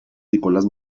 nicolás